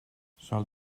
sol